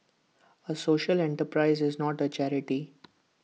A social enterprise is not A charity